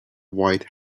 white